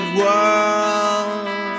world